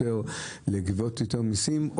לגבות יותר מסים.